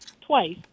twice